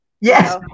yes